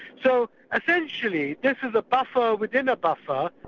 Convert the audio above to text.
so essentially, this is a buffer within a buffer.